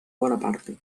bonaparte